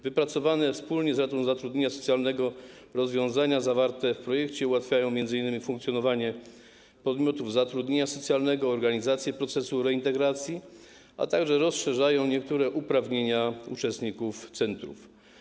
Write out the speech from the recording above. Wypracowane wspólnie z Radą Zatrudnienia Socjalnego rozwiązania zawarte w projekcie ułatwiają m.in. funkcjonowanie podmiotów zatrudnienia socjalnego, organizację procesu reintegracji, a także rozszerzają niektóre uprawnienia uczestników centrów.